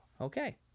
okay